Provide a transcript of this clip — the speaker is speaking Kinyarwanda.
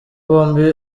bombi